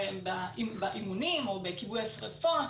באימונים או בכיבוי השריפות.